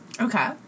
Okay